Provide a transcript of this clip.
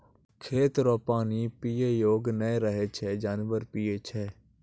खेत रो पानी पीयै योग्य नै रहै छै जानवर पीयै छै